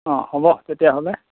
অঁ হ'ব তেতিয়াহ'লে